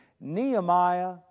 Nehemiah